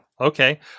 Okay